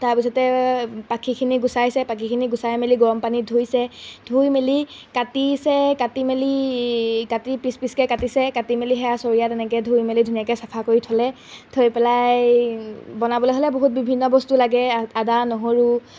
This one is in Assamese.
তাৰপিছতে পাখিখিনি গুচাইছে পাখিখিনি গুচাই মেলি গৰম পানীত ধুইছে ধুই মেলি কাটিছে কাটি মেলি কাটি পিছ পিছকৈ কাটিছে কাটি মেলি সেয়া চৰিয়াত এনেকৈ ধুই মেলি ধুনীয়াকৈ চাফা কৰি থ'লে থৈ পেলাই বনাবলৈ হ'লে বহুত বিভিন্ন বস্তু লাগে আদা নহৰু